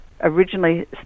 Originally